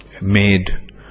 made